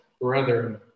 brethren